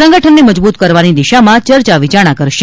સંગઠનને મજબૂત કરવાની દિશામાં ચર્ચા વિચારણા કરશે